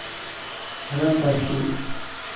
ᱥᱟᱱᱟᱢ ᱯᱟᱹᱨᱥᱤ